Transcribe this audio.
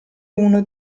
uno